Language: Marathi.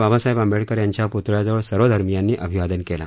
बाबासाहेब आंबेडकर यांच्या प्तळ्याजवळ सर्वधर्मियांनी अभिवादन केलं